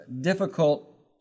difficult